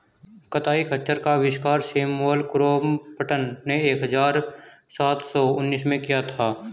कताई खच्चर का आविष्कार सैमुअल क्रॉम्पटन ने एक हज़ार सात सौ उनासी में किया था